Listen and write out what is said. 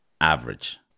average